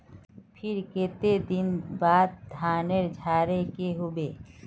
फिर केते दिन बाद धानेर झाड़े के होते?